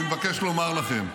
אני מבקש לומר לכם,